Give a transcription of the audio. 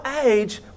age